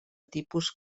tipus